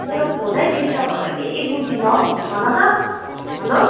मेरो फोनै डिस्टर्ब भएर केही बुझिनँ हौ भन त हेलो